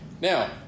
Now